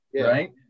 right